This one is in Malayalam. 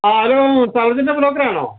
ആ ഹലോ സ്ഥലത്തിൻ്റെ ബ്രോക്കറാണോ